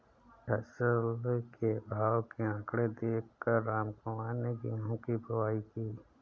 फसल के भाव के आंकड़े देख कर रामकुमार ने गेहूं की बुवाई की